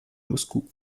moscou